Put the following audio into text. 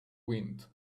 wind